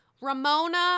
Ramona